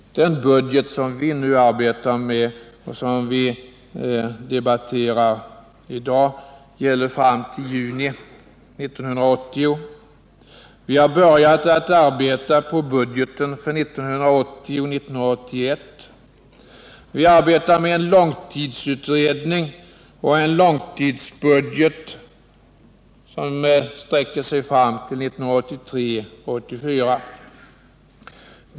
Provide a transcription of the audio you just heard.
Den budget som vi nu arbetar med och som debatteras här i dag gäller fram till sommaren 1980. Vi har också börjat arbeta på budgeten för 1980/81. Vi arbetar med en långtidsutredning och en långtidsbudget som sträcker sig fram till 1983-1984.